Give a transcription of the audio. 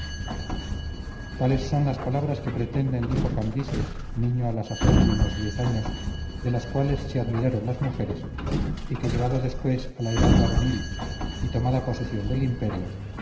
tales son las palabras que pretenden dijo cambises niño a la sazón de unos diez años de las cuales se admiraron las mujeres y que llegado después a la edad varonil y tomada posesión del imperio